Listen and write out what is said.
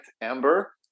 amber